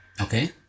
Okay